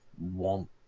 want